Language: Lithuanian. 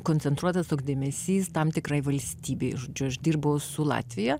koncentruotas dėmesys tam tikrai valstybei žodžiu aš dirbau su latvija